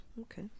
okay